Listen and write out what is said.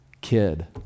kid